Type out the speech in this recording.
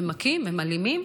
הם מכים והם אלימים,